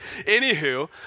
Anywho